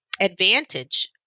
advantage